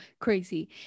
crazy